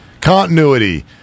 continuity